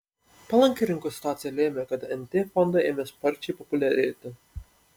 palanki rinkos situacija lėmė kad nt fondai ėmė sparčiai populiarėti